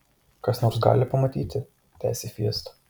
kas nors gali pamatyti tęsė fiesta